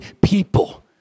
people